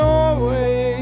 Norway